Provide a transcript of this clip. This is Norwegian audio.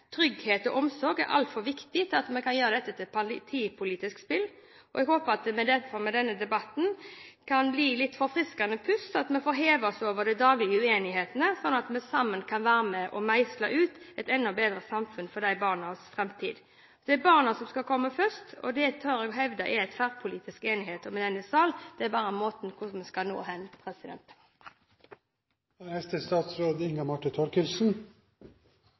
trygghet og omsorg er altfor viktig til at vi kan gjøre dette til et partipolitisk spill. Jeg håper at denne debatten kan bli et forfriskende pust, at vi får hevet oss over de daglige uenighetene, slik at vi sammen kan være med og meisle ut et enda bedre samfunn og en enda bedre framtid for disse barna. Det er barna som skal komme først, og det tør jeg hevde det er tverrpolitisk enighet om i denne sal. Utfordringen er bare hvordan vi skal nå